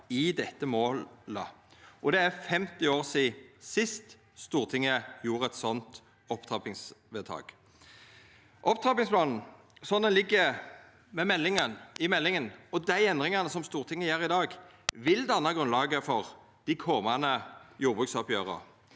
i dette målet, og det er 50 år sidan sist Stortinget gjorde eit sånt opptrappingsvedtak. Opptrappingsplanen, slik han ligg i meldinga, og dei endringane som Stortinget gjer i dag, vil danna grunnlaget for dei komande jordbruksoppgjera.